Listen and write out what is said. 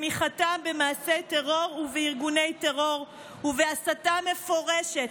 בתמיכתם במעשי טרור ובארגוני טרור ובהסתה מפורשת,